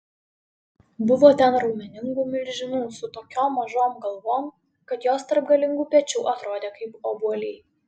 buvo ten raumeningų milžinų su tokiom mažom galvom kad jos tarp galingų pečių atrodė kaip obuoliai